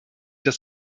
das